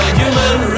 human